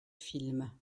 films